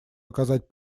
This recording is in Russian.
оказать